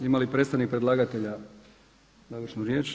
Ima li predstavnik predlagatelja završnu riječ?